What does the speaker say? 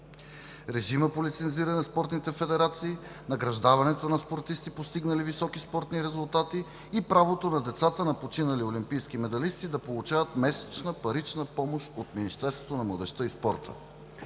режима по лицензиране на спортните федерации; награждаването на спортисти, постигнали високи спортни резултати и правото на децата на починали олимпийски медалисти да получават месечна парична помощ от Министерството на младежта и спорта“.